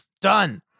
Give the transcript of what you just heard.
done